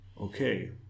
Okay